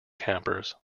campers